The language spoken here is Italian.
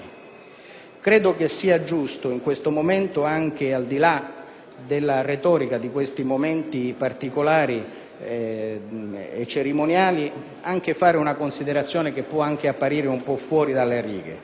Credo sia giusto in questo momento, anche al di là della retorica di questi momenti particolari e cerimoniali, fare una considerazione che può apparire un po' fuori dalle righe.